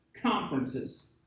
conferences